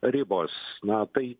ribos na tai